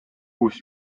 uus